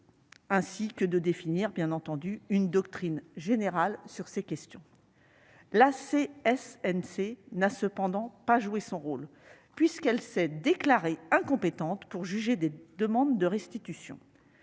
ainsi que de définir une doctrine générale sur ces questions. La CSNC n'a toutefois pas joué son rôle, puisqu'elle s'est déclarée incompétente pour juger des demandes de restitution.